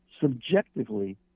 subjectively